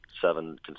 seven